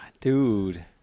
Dude